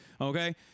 okay